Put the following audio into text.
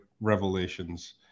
revelations